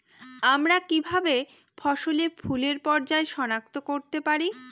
আমরা কিভাবে ফসলে ফুলের পর্যায় সনাক্ত করতে পারি?